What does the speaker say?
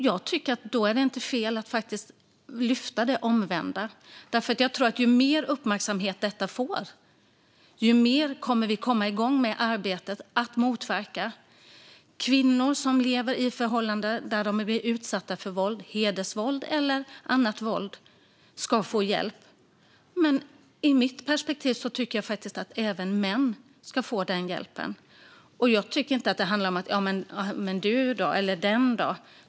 Jag tycker att det då inte är fel att också lyfta fram det omvända, för jag tror att ju mer uppmärksamhet detta får, desto mer kommer vi att komma igång med arbetet för att motverka våldet. Kvinnor som lever i förhållanden där de blir utsatta för hedersvåld eller annat våld ska få hjälp. Men ur mitt perspektiv tycker jag faktiskt att även män ska få den hjälpen. Jag tycker inte att det handlar om att säga: Jamen du då, eller den då?